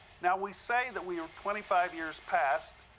now we say that we are twenty five years past,